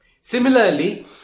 Similarly